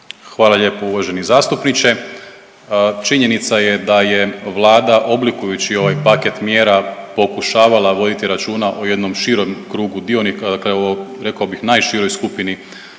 Hvala lijepo uvaženi zastupniče. Činjenica je da je vlada oblikujući ovaj paket mjera pokušavala voditi računa o jednom širem krugu dionika, dakle rekao bih najširoj skupini